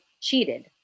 cheated